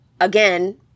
Again